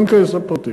ולא ניכנס לפרטים.